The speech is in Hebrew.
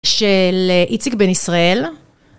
של איציק בן ישראל